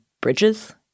bridges